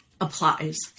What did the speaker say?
applies